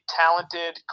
talented